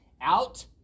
out